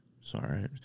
sorry